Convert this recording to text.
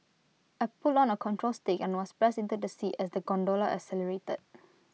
I pulled on A control stick and was pressed into the seat as the gondola accelerated